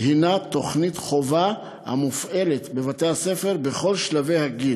היא תוכנית חובה המופעלת בבתי-הספר בכל שלבי הגיל,